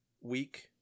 week